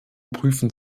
prüfen